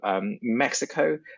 Mexico